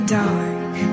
dark